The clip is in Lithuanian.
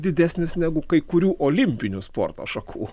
didesnis negu kai kurių olimpinių sporto šakų